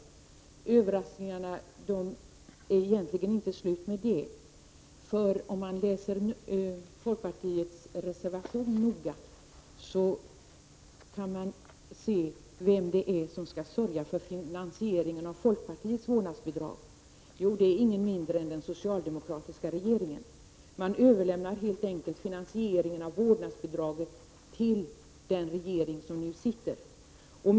Egentligen är det inte slut på överraskningarna i och med detta. Om man läser folkpartiets reservation noga så kan man nämligen se vem som skall ordna finansieringen av det vårdnadsbidrag som folkpartiet föreslår. Det är ingen mindre än den socialdemokratiska regeringen. Folkpartiet överlämnar helt enkelt frågan om finansiering av vårdnadsbidraget till den sittande regeringen.